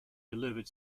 delivered